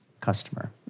customer